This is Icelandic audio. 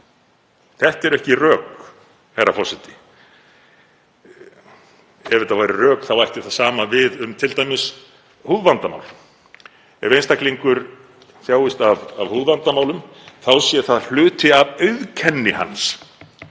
Þetta eru ekki rök, herra forseti. Ef þetta væru rök þá ætti það sama við um t.d. húðvandamál. Ef einstaklingur þjáist af húðvandamálum sé það hluti af auðkenni hans,